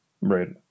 Right